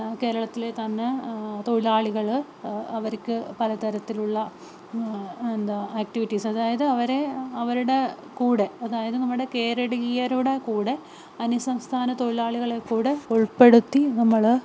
കേരളത്തിലെ തന്നെ തൊഴിലാളികള് അവര്ക്ക് പലതരത്തിലുള്ള എന്താണ് ആക്ടിവിറ്റീസ് അതായത് അവരെ അവരുടെ കൂടെ അതായത് നമ്മുടെ കേരളീയരുടെ കൂടെ അന്യസംസ്ഥാന തൊഴിലാളികളെ കൂടെ ഉൾപ്പെടുത്തി നമ്മള്